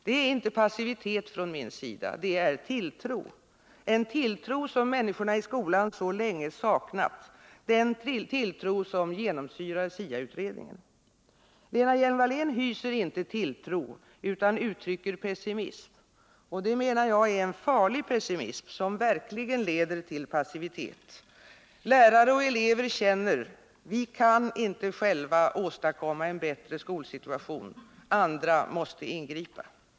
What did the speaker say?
Det är inte passivitet från min sida, det är tilltro — den tilltro som människorna i skolan så länge saknat, den tilltro som genomsyrar SIA utredningen. Lena Hjelm-Wallén hyser inte tilltro, utan uttrycker pessimism. Jag menar att det är en farlig pessimism som verkligen leder till passivitet. Lärare och elever känner det så: Vi kan inte själva åstadkomma en bättre skolsituation, andra måste ingripa.